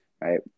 right